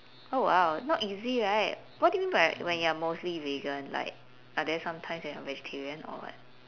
oh !wow! not easy right what do you mean by when you're mostly vegan like but then sometimes you are vegetarian or what